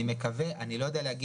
אני מקווה, אני לא יודע להגיד.